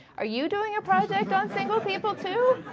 are you doing a project on single people too?